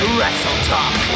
WrestleTalk